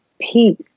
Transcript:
peace